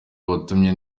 watumye